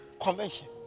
convention